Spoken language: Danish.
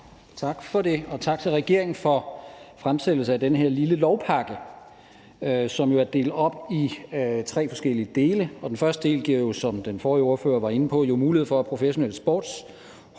Tak for det. Og tak til regeringen for fremsættelse af den her lille lovpakke, som jo er delt op i tre forskellige dele. Den første del giver jo, som den forrige ordfører var inde på, professionelle sportshold